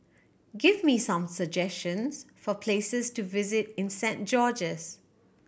give me some suggestions for places to visit in Saint George's